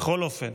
בכל אופן,